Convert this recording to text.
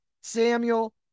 Samuel